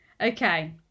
Okay